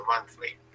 monthly